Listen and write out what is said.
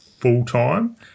full-time